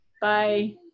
Bye